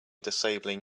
disabling